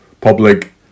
public